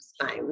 time